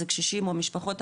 זה קשישים ומשפחות,